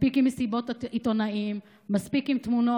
מספיק עם מסיבות עיתונאים, מספיק עם תמונות.